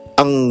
ang